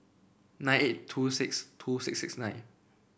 nine eight two six two six six nine